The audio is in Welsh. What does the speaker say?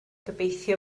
gobeithio